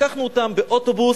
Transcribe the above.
לקחנו אותם באוטובוס,